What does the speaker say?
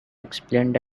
explained